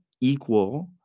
equal